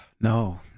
No